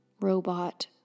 robot